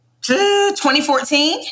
2014